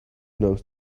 knows